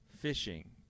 fishing